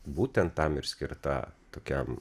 būtent tam ir skirta tokiam